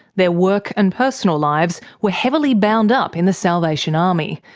their work and personal lives were heavily bound up in the salvation army.